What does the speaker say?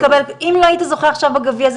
אם לא היית באחד משלושת המקומות הראשונים,